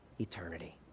eternity